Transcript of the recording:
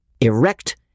erect